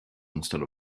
instead